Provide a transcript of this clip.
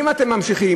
אם אתם ממשיכים,